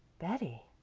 betty,